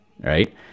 right